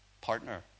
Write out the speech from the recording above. partner